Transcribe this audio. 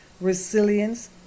resilience